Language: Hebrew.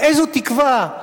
"איזו תקווה",